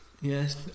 Yes